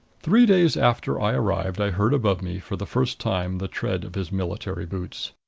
three days after i arrived i heard above me, for the first time, the tread of his military boots.